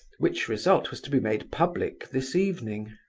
which result was to be made public this evening.